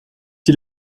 die